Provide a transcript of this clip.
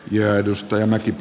ja edustaja merkitä